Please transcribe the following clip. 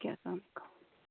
اَدٕ کیٛاہ اَسلام علیکُم